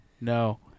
No